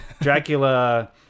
Dracula